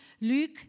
Luke